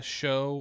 show